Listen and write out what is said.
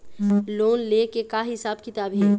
Loan ले के का हिसाब किताब हे?